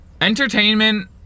entertainment